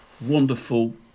wonderful